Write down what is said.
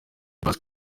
pasika